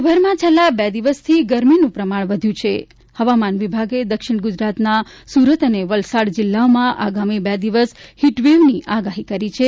રાજ્યભરમાં છેલ્લા બે દિવસની ગરમીનું પ્રમાણ વધ્યું છે હવામાન વિભાગે દક્ષિણ ગ્રજરાતના સુરત અને વલસાડ જિલ્લામાં આગામી બે દિવસ હિટ વેવની આગાહી કરી છે